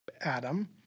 Adam